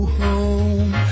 home